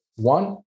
One